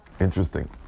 Interesting